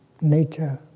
nature